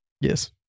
Yes